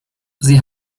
sie